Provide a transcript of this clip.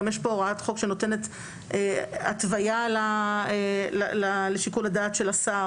גם יש פה הוראת חוק שנותנת התוויה לשיקול הדעת של השר,